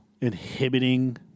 inhibiting